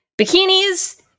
bikinis